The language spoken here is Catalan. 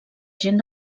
gent